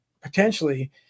potentially –